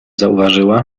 zauważyła